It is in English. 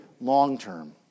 long-term